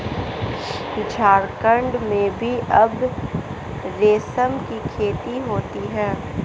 झारखण्ड में भी अब रेशम की खेती होती है